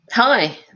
Hi